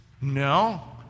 No